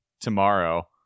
tomorrow